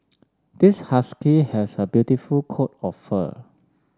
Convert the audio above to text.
this husky has a beautiful coat of fur